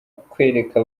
kwereka